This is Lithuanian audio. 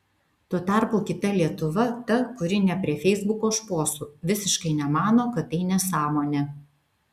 tuo tarpu kita lietuva ta kuri ne prie feisbuko šposų visiškai nemano kad tai nesąmonė